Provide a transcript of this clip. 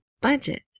budget